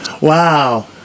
Wow